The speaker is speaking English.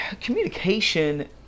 communication